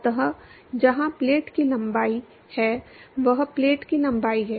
अत जहाँ प्लेट की लंबाई l है वह प्लेट की लंबाई है